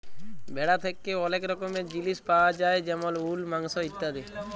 ভেড়া থ্যাকে ওলেক রকমের জিলিস পায়া যায় যেমল উল, মাংস ইত্যাদি